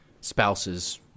spouses